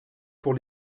pour